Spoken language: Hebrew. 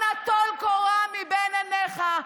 אנא טול קורה מבין עיניך.